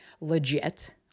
legit